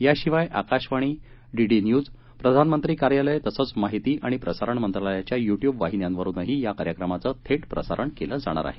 याशिवाय Akashvani DD news प्रधानमंत्री कार्यालय तसंच माहिती आणि प्रसारण मंत्रालयाच्या युट्युब वाहिन्यांवरूनही या कार्यक्रमाचं थेट प्रसारण केलं जाणार आहे